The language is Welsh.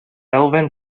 elfen